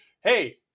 hey